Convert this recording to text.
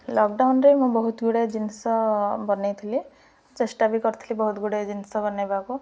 ଲକଡାଉନରେ ମୁଁ ବହୁତ ଗୁଡ଼ିଏ ଜିନିଷ ବନାଇ ଥିଲି ଚେଷ୍ଟା ବି କରିଥିଲି ବହୁତ ଗୁଡ଼ିଏ ଜିନିଷ ବନାଇବାକୁ